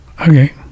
Okay